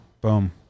Boom